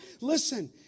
Listen